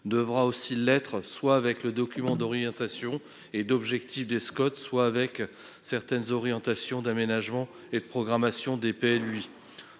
mais aussi avec le document d'orientation et d'objectifs des Scot ou avec certaines orientations d'aménagement et de programmation des PLUi.